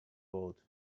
old